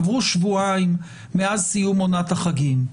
עברו שבועיים מאז סיום עונת החגים,